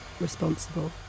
responsible